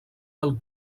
del